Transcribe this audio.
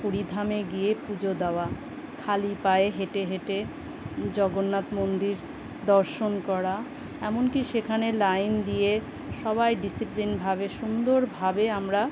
পুরীধামে গিয়ে পুজো দেওয়া খালি পায়ে হেঁটে হেঁটে জগন্নাথ মন্দির দর্শন করা এমনকি সেখানে লাইন দিয়ে সবাই ডিসিপ্লিনভাবে সুন্দরভাবে আমরা